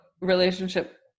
relationship